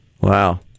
Wow